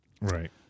Right